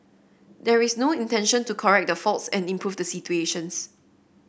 there is no intention to correct the faults and improve the situations